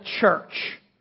church